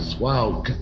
wow